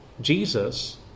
Jesus